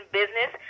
business